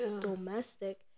domestic